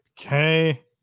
Okay